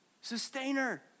Sustainer